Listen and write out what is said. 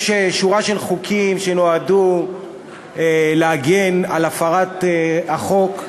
יש שורה של חוקים שנועדו להגן מפני הפרת החוק,